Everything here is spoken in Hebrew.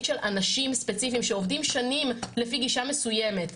של אנשים ספציפיים שעובדים שנים לפי גישה מסוימת.